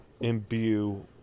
imbue